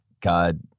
God